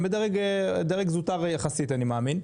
הם בדרג זוטר יחסית אני מאמין,